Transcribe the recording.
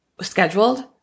scheduled